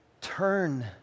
turn